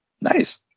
nice